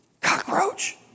Cockroach